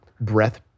breath